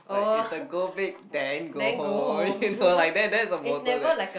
like is the go big then go home you know like that that is the motto there